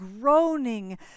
groaning